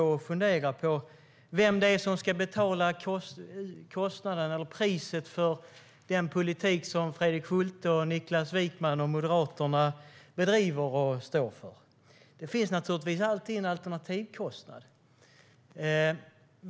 Man kan fundera på vem det är som ska betala priset för den politik som Fredrik Schulte, Niklas Wykman och Moderaterna bedriver och står för. Det finns naturligtvis alltid en alternativkostnad.